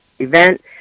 event